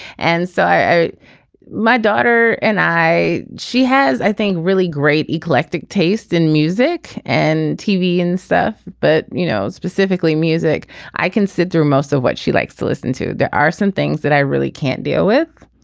and so my daughter and i she has i think really great eclectic taste in music and tv and stuff. but you know specifically music i can sit through most of what she likes to listen to. there are some things that i really can't deal with.